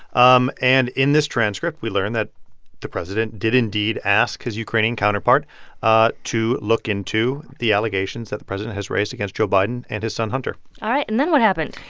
um and in this transcript, we learned that the president did indeed ask his ukrainian counterpart ah to look into the allegations that the president has raised against joe biden and his son, hunter all right. and then what happened?